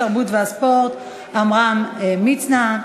התרבות והספורט עמרם מצנע.